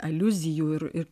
aliuzijų ir ir